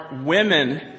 women